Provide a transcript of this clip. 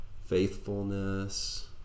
Faithfulness